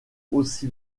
aussi